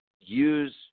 use